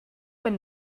wenn